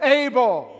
able